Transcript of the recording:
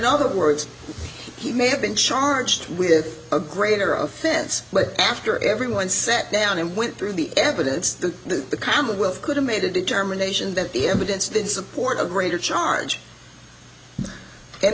other words he may have been charged with a greater of fence but after everyone sat down and went through the evidence the commonwealth could have made a determination that the evidence in support of greater charge and